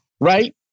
Right